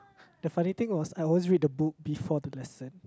the funny thing was I always read the book before the lesson